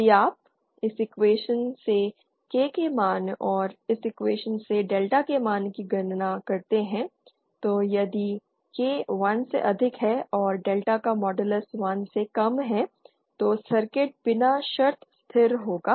यदि आप इस ईक्वेशन से K के मान और इस ईक्वेशन से डेल्टा के मान की गणना करते हैं तो यदि K 1 से अधिक है और डेल्टा का मॉडलस 1 से कम है तो सर्किट बिना शर्त स्थिर होगा